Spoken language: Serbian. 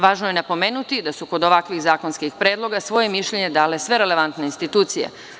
Važno je napomenuti da su kod ovakvih zakonskih predloga svoje mišljenje dale sve relevantne institucije.